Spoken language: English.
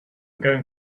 going